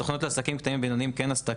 הסוכנות לעסקים קטנים ובינוניים כן עשתה